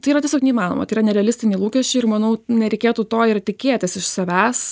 tai yra tiesiog neįmanoma tai yra nerealistiniai lūkesčiai ir manau nereikėtų to ir tikėtis iš savęs